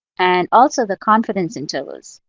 and also the confidence intervals.